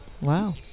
Wow